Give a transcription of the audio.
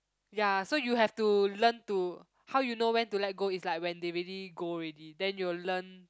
ya so you have to learn to how you know when to let go is like when they really go already then you will learn